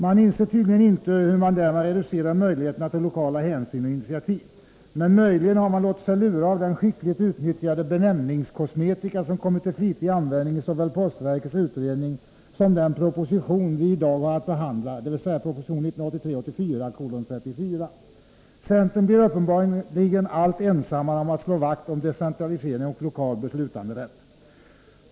Man inser tydligen inte, hur man därmed reducerar möjligheterna till lokala hänsyn och initiativ. Men möjligen har man låtit sig lura av den skickligt utnyttjade benämningskosmetika som kommit till flitig användning i såväl postverkets utredning som i den proposition vi i dag har att behandla, dvs. proposition 1983/84:34. Centern blir uppenbarligen allt ensammare om att slå vakt om decentralisering och lokal beslutanderätt!